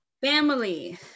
Family